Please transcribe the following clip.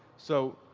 so,